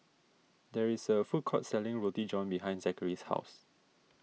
there is a food court selling Roti John behind Zachery's house